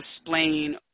explain